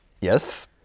Yes